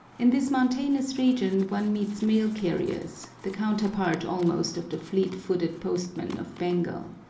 in this mountainous region one meets mail-carriers, the counterpart almost of the fleet-footed postmen of bengal.